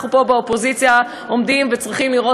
אנחנו פה באופוזיציה עומדים וצריכים לראות